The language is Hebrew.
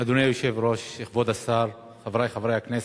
אדוני היושב-ראש, כבוד השר, חברי חברי הכנסת,